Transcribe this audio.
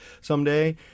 someday